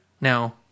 Now